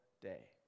day